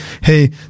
Hey